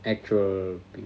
actual